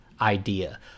idea